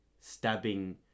stabbing